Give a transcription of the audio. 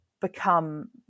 become